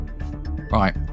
Right